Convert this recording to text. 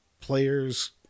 players